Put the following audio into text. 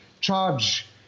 charge